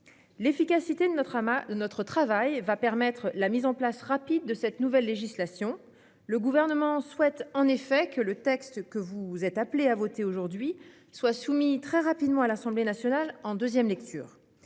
L'efficacité de notre âme à notre travail et va permettre la mise en place rapide de cette nouvelle législation. Le gouvernement souhaite en effet que le texte que vous vous êtes appelés à voter aujourd'hui soit soumis très rapidement à l'Assemblée nationale en 2ème lecture